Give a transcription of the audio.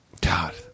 God